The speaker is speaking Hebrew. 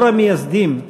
דור המייסדים,